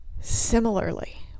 Similarly